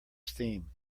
steam